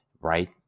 right